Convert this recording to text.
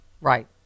right